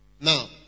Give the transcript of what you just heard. Now